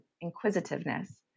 inquisitiveness